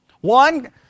One